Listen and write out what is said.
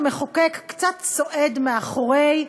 המחוקק קצת צועד מאחורי,